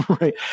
right